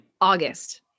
August